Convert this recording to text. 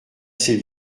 ces